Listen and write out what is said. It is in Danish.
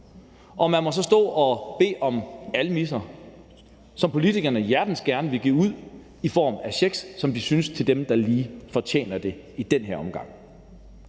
og man må så stå og bede om almisser, som politikerne hjertens gerne vil give ud i form af checks til dem, som de synes lige fortjener det i den her omgang.